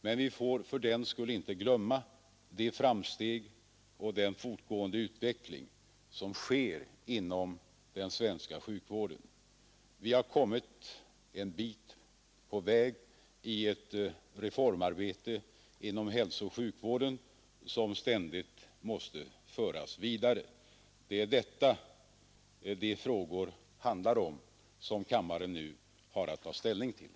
Men vi får för den skull inte glömma de framsteg och den fortgående utveckling som sker inom den svenska sjukvården. Vi har kommit en bit på väg i ett reformarbete inom hälsooch sjukvården, som ständigt måste föras vidare. Det är detta de frågor handlar om som kammaren nu har att ta ställning till.